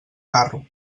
carro